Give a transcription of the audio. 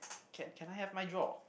can can I have my draw